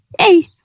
Hey